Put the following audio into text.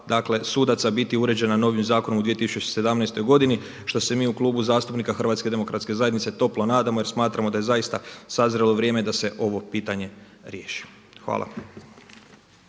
sudaca biti uređena novim zakonom u 2017. godini, što se mi u Klubu zastupnika Hrvatske demokratske zajednice toplo nadamo jer smatramo da je zaista sazrelo vrijeme da se ovo pitanje riješi. Hvala.